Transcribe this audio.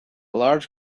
large